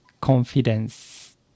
confidence